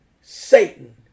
Satan